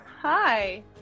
Hi